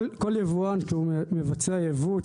כל יבואן כשהוא מבצע יבוא,